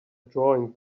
drawing